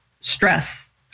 stress